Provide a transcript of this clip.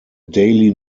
daily